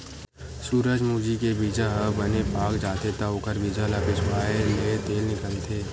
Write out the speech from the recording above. सूरजमूजी के बीजा ह बने पाक जाथे त ओखर बीजा ल पिसवाएले तेल निकलथे